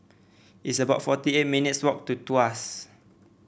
it's about forty eight minutes' walk to Tuas